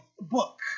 book